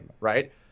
right